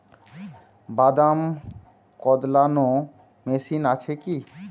বাদাম কদলানো মেশিন আছেকি?